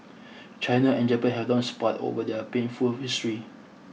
China and Japan have long sparred over their painful history